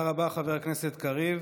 תודה רבה, חבר הכנסת קריב.